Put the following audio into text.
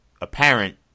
apparent